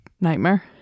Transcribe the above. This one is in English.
nightmare